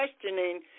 questioning